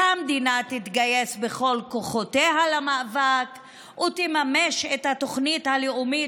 שהמדינה תתגייס בכל כוחותיה למאבק ותממש את התוכנית הלאומית